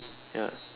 ya